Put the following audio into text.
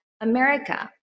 America